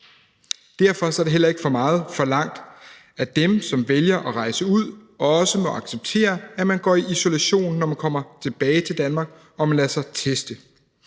Derfor er det heller ikke for meget forlangt, at dem, som vælger at rejse ud, også må acceptere, at man lader sig teste og går i isolation, når man kommer tilbage til Danmark. Konkret